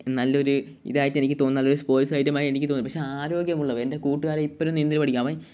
നല്ലൊരു ഇതായിട്ട് എനിക്ക് തോന്നുന്നത് സ്പോർട്സ് ഐറ്റമായി എനിക്ക് തോന്നും പക്ഷെ ആരോഗ്യം ഉള്ളവൻ എൻ്റെ കൂട്ടുകാരൻ ഇപ്പോഴും നീന്തൽ പഠിക്കാന് അവൻ